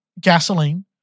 gasoline